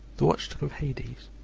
the watch-dog of hades,